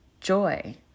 joy